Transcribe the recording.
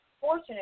Fortunate